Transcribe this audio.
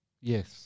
Yes